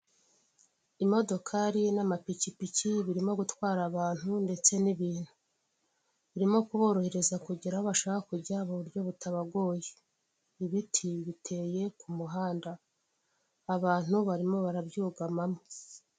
Imodokari n'amapikipiki birimo gutwara abantu n'ibintu, birimo kuborohereza kugera aho bashaka kujya mu buryo butabagoye. Ibiti biteye ku muhanda, abantu barimo barabyugamamo.